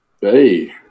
Hey